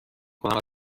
کنم